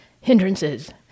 hindrances